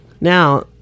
Now